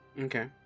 Okay